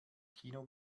kino